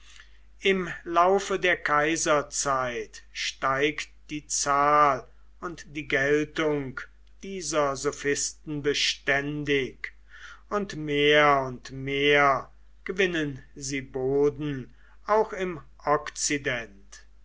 im laufe der kaiserzeit steigt die zahl und die geltung dieser sophisten beständig und mehr und mehr gewinnen sie boden auch im okzident